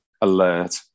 alert